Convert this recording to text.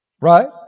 Right